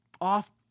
off